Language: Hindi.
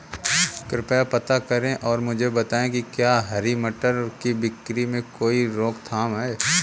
कृपया पता करें और मुझे बताएं कि क्या हरी मटर की बिक्री में कोई रोकथाम है?